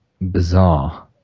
bizarre